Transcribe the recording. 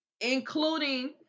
including